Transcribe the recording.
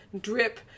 drip